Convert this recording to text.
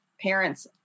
parents